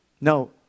No